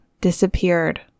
disappeared